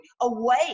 away